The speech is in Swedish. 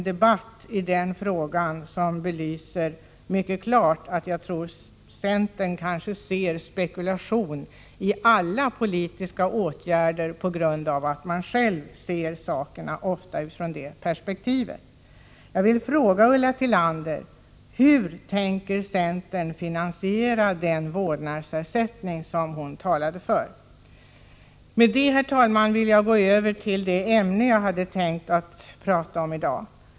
Debatten belyser mycket klart att centern ser spekulation i alla politiska åtgärder på grund av att man själv ofta ser sakerna utifrån det perspektivet. Därmed, herr talman, vill jag gå över till det ämne som jag hade tänkt att tala om i dag.